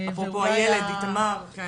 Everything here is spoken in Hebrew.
אפרופו איילת, איתמר, כן.